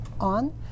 on